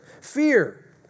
fear